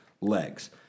legs